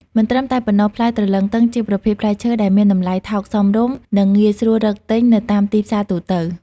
មិនត្រឹមតែប៉ុណ្ណោះ ផ្លែទ្រលឹងទឹងជាប្រភេទផ្លែឈើដែលមានតម្លៃថោកសមរម្យ និងងាយស្រួលរកទិញនៅតាមទីផ្សារទូទៅ។